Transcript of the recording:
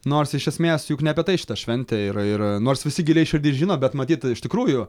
nors iš esmės juk ne apie tai šita šventė yra ir nors visi giliai širdy žino bet matyt iš tikrųjų